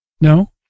No